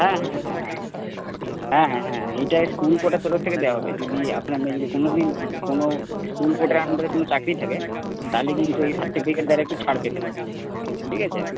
হ্যাঁ হ্যাঁ হ্যাঁ হ্যাঁ হ্যাঁ হ্যাঁ এটায় স্কুল কোটের তরফ থেকে দেওয়া হবে যদি আপনার মেয়ে যদি কোনোদিন কোনো স্কুল কোটার আন্ডারে কোন চাকরি থাকে তাহলে কিন্তু এই সার্টিফিকেট দ্বারা একটু ছাড় পেতে পারে ঠিক আছে